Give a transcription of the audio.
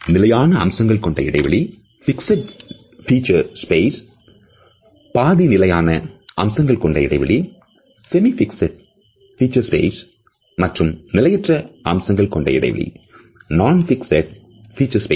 நிலையான அம்சங்கள் கொண்ட இடைவெளி fixed feature space பாதி நிலையான அம்சங்கள் கொண்ட இடைவெளி semi fixed feature space மற்றும் நிலையற்ற அம்சங்கள் கொண்ட இடைவெளி non fixed feature space